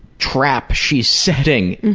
trap she's setting.